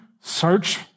search